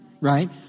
right